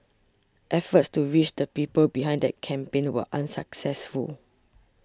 efforts to reach the people behind that campaign were unsuccessful